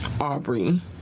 Aubrey